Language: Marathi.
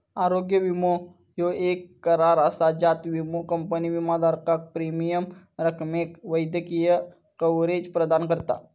आरोग्य विमो ह्यो येक करार असा ज्यात विमो कंपनी विमाधारकाक प्रीमियम रकमेक वैद्यकीय कव्हरेज प्रदान करता